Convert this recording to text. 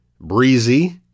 Breezy